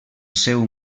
seu